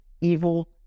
evil